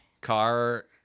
Car